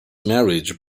marriage